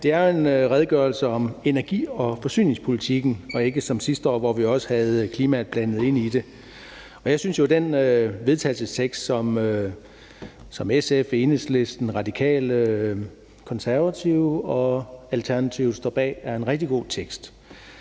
Det er en redegørelse om energi- og forsyningspolitikken og ikke som sidste år, hvor vi også havde klimaet blandet ind i det. Jeg synes jo, at den vedtagelsestekst, som SF, Enhedslisten, Radikale, Konservative og Alternativet står bag, er en rigtig god tekst.